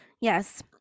yes